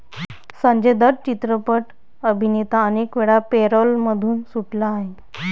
संजय दत्त चित्रपट अभिनेता अनेकवेळा पॅरोलमधून सुटला आहे